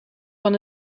van